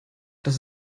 das